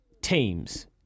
teams